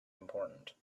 important